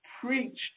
preached